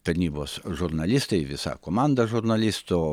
tarnybos žurnalistai visa komanda žurnalistų